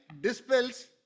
dispels